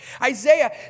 Isaiah